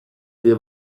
wir